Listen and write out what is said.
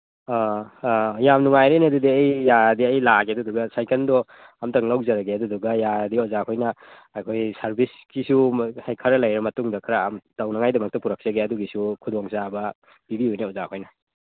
ꯑꯥ ꯑꯥ ꯌꯥꯝ ꯅꯨꯡꯉꯥꯏꯔꯦꯅꯦ ꯑꯗꯨꯗꯤ ꯑꯩ ꯌꯥꯔꯗꯤ ꯑꯩ ꯂꯥꯛꯑꯒꯦ ꯑꯗꯨꯒ ꯁꯥꯏꯀꯟꯗꯣ ꯑꯝꯇꯪ ꯂꯧꯖꯔꯒꯦ ꯑꯗꯨꯗꯨꯒ ꯌꯥꯔꯗꯤ ꯑꯣꯖꯥ ꯈꯣꯏꯅ ꯑꯩꯈꯣꯏ ꯁꯥꯔꯚꯤꯁꯀꯤꯁꯨ ꯈꯔ ꯂꯩꯔ ꯃꯇꯨꯡꯗ ꯈꯔ ꯇꯧꯅꯉꯥꯏꯗꯃꯛꯇ ꯄꯨꯔꯛꯆꯒꯦ ꯑꯗꯨꯒꯤꯁꯨ ꯈꯨꯗꯣꯡꯆꯥꯕ ꯄꯤꯕꯤꯌꯨꯅꯦ ꯑꯣꯖꯥ ꯈꯣꯏꯅ